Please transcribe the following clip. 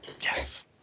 Yes